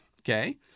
okay